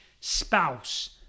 spouse